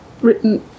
written